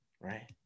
right